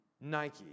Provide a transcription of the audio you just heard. Nike